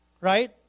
Right